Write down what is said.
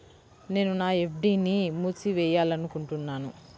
నేను నా ఎఫ్.డీ ని మూసివేయాలనుకుంటున్నాను